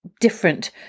different